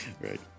Right